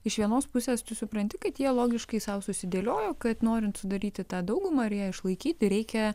iš vienos pusės tu supranti kad jie logiškai sau susidėliojo kad norint sudaryti tą daugumą ją išlaikyti reikia